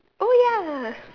oh ya